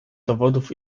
dowodów